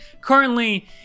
currently